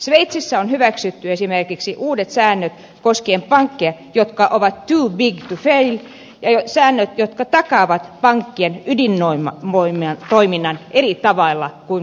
sveitsissä on hyväksytty esimerkiksi uudet säännöt koskien pankkeja jotka ovat too big to fail säännöt jotka takaavat pankkien ydintoiminnan eri tavalla kuin valtion rahoituksella